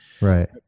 Right